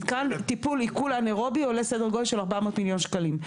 מתקן טיפול עיכול אנאירובי עולה סדר גודל של 400 מיליון שקלים.